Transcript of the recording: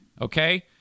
Okay